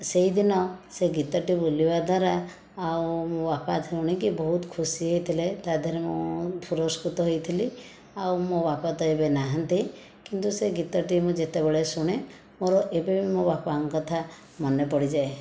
ସେହିଦିନ ସେ ଗୀତଟି ବୋଲିବା ଦ୍ୱାରା ଆଉ ମୋ ବାପା ଶୁଣିକି ବହୁତ ଖୁସି ହୋଇଥିଲେ ତା'ଦେହରେ ମୁଁ ପୁରସ୍କୃତ ହୋଇଥିଲି ଆଉ ମୋ ବାପା ତ ଏବେ ନାହାନ୍ତି କିନ୍ତୁ ସେ ଗୀତଟି ମୁଁ ଯେତେବେଳେ ଶୁଣେ ମୋର ଏବେବି ମୋ ବାପାଙ୍କ କଥା ମନେ ପଡ଼ିଯାଏ